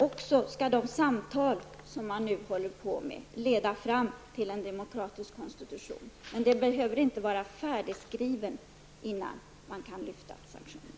Dessutom skall de samtal man nu håller på med leda fram till en demokratisk konstitution. Men det behöver inte vara en färdigskriven konstitution innan man lyfter sanktionerna.